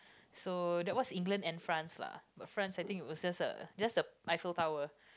so that was England and France lah but France I think it was just a just the Eiffel Tower